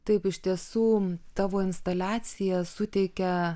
taip iš tiesų tavo instaliacija suteikia